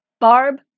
Barb